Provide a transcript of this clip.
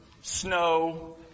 snow